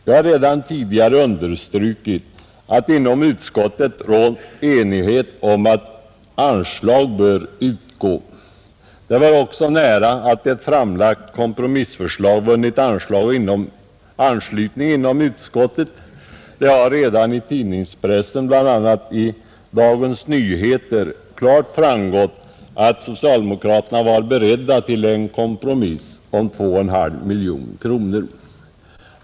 Jag har redan tidigare understrukit att det inom utskottet råder enighet om att anslag bör utgå. Det var också nära att ett framlagt kompromissförslag vunnit anslutning inom utskottet. Det har redan i tidningspressen, bl.a. i Dagens Nyheter, klart framgått att socialdemokraterna var beredda till en kompromiss på 2,5 miljoner kronor.